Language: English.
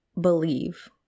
believe